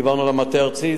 דיברנו על המטה הארצי,